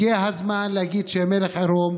הגיע הזמן להגיד שהמלך הוא עירום,